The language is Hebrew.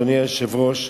אדוני היושב-ראש,